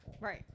Right